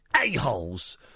a-holes